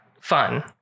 fun